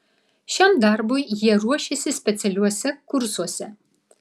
šiam darbui jie ruošiasi specialiuose kursuose